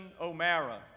O'Mara